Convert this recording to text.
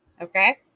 Okay